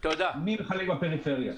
מי מחלק בפריפריה,